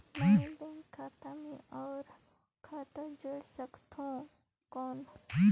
मैं बैंक खाता मे और खाता जोड़ सकथव कौन?